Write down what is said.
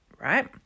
right